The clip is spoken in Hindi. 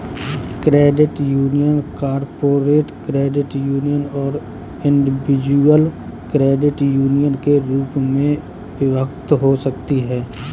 credit union corporate credit union और इंडिविजुअल क्रेडिट यूनियन के रूप में विभक्त हो सकती हैं